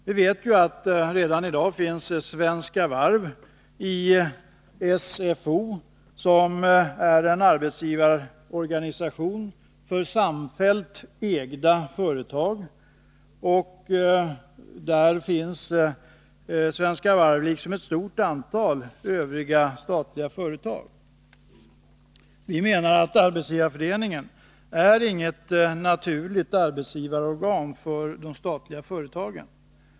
Vi vet att redan i dag finns Svenska Varv i SFO, som är arbetsgivarorganisation för samfällt ägda företag. Där finns alltså Svenska Varv liksom ett stort antal övriga statliga företag. Vi menar att Arbetsgivareföreningen inte är något naturligt arbetsgivarorgan för de statliga företagen.